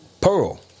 Pearl